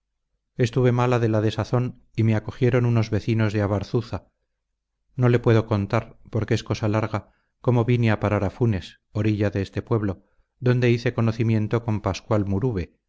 estuve mala de la desazón y me acogieron unos vecinos de abarzuza no le puedo contar porque es cosa larga cómo vine a parar a funes orilla de este pueblo donde hice conocimiento con pascual muruve